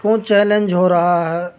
کیوں چیلنج ہو رہا ہے